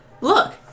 Look